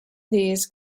these